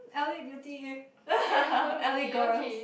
l_a Beauty l_a Girls